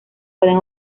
pueden